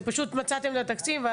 פשוט מצאתם את התקציב.